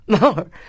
more